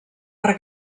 per